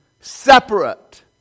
separate